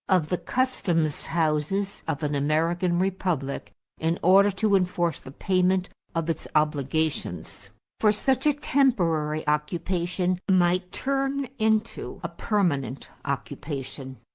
of the customs houses of an american republic in order to enforce the payment of its obligations for such a temporary occupation might turn into a permanent occupation.